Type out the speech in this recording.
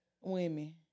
Women